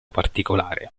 particolare